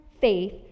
faith